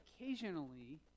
occasionally